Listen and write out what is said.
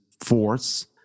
force